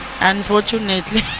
unfortunately